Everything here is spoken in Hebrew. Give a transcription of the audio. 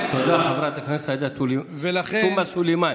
תודה רבה, חברת הכנסת עאידה תומא סלימאן.